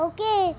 Okay